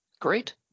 great